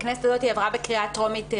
בכנסת הזאת היא עברה בקריאה טרומית,